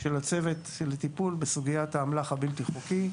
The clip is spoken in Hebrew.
של הצוות של הטיפול בסוגיית האמל"ח הבלתי חוקי.